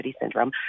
syndrome